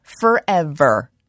forever